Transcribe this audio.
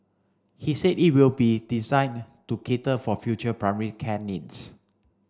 he said it will be designed to cater for future primary care needs